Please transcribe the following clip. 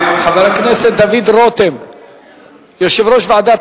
בקריאה ראשונה ותועבר לוועדת